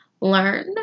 Learn